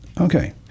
Okay